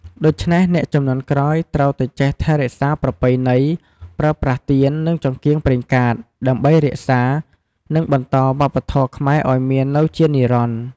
ដូច្នេះ អ្នកជំនាន់ក្រោយត្រូវតែចេះថែរក្សាប្រពៃណីប្រើប្រាស់ទៀន និងចង្កៀងប្រេងកាត ដើម្បីរក្សា និងបន្តវប្បធម៌ខ្មែរឲ្យមាននៅជានិរន្តរ៍។